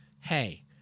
Hey